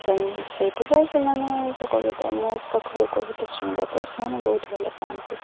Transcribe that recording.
ସେ ସେଇଥିପାଇଁ ସେମାନେ ସେ କବିତା ମୋ ପାାଖରୁ କବିତା ଶୁଣିବା ପାଇଁ ସେମାନେ ବହୁତ ଭଲ ପାଆନ୍ତି